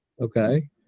okay